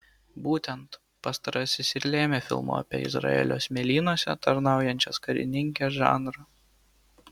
būtent pastarasis ir lėmė filmo apie izraelio smėlynuose tarnaujančias karininkes žanrą